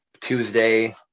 Tuesday